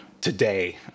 today